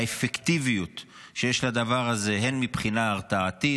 באפקטיביות שיש לדבר הזה הן מבחינה הרתעתית,